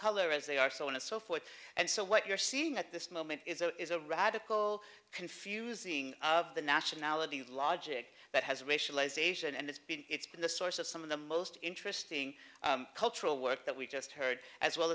color as they are so on and so forth and so what you're seeing at this moment is a radical confusing of the nationality logic that has racialization and it's been it's been the source of some of the most interesting cultural work that we've just heard as well